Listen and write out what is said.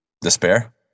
despair